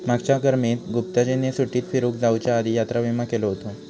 मागच्या गर्मीत गुप्ताजींनी सुट्टीत फिरूक जाउच्या आधी यात्रा विमा केलो हुतो